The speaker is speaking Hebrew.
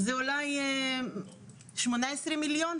זה אולי 18 מיליון,